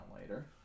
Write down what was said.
later